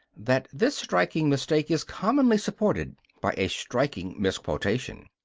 that this striking mistake is commonly supported by a striking misquotation.